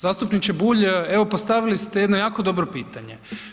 Zastupniče Bulj evo postavili ste jedno jako dobro pitanje.